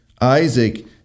Isaac